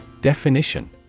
Definition